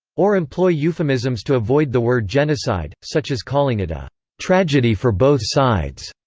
or employ euphemisms to avoid the word genocide, such as calling it a tragedy for both sides,